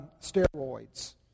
steroids